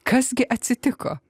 kas gi atsitiko